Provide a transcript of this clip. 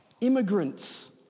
immigrants